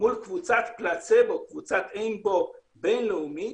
מול קבוצת פלצבו, קבוצת אין-בו בין-לאומית,